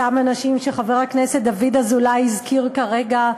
אותם אנשים שחבר הכנסת דוד אזולאי הזכיר כרגע,